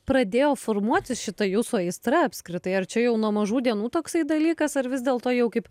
pradėjo formuotis šita jūsų aistra apskritai ar čia jau nuo mažų dienų toksai dalykas ar vis dėlto jau kaip